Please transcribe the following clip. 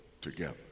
together